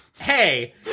hey